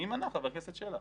מי מנע, חבר הכנסת שלח?